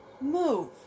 move